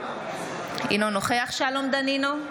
אינו נוכח שלום דנינו,